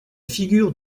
figure